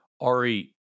Ari